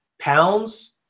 pounds